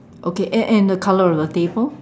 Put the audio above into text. okay and and the colour of the table